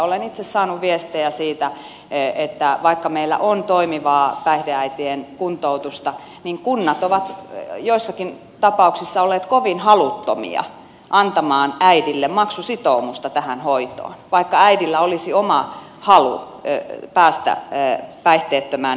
olen itse saanut viestejä siitä että vaikka meillä on toimivaa päihdeäitien kuntoutusta niin kunnat ovat joissakin tapauksissa olleet kovin haluttomia antamaan äidille maksusitoumusta tähän hoitoon vaikka äidillä olisi oma halu päästä päihteettömään elämään